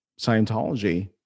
Scientology